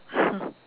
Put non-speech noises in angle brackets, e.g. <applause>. <laughs>